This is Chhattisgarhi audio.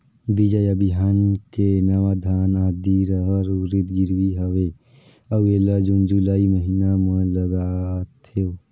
बीजा या बिहान के नवा धान, आदी, रहर, उरीद गिरवी हवे अउ एला जून जुलाई महीना म लगाथेव?